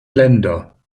länder